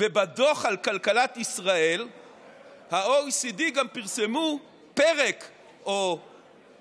ובדוח על כלכלת ישראל ה-OECD גם פרסמו פרק או